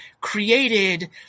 created